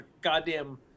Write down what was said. goddamn